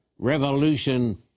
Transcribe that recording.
revolution